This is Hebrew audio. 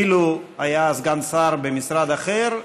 אילו היה סגן שר במשרד אחר,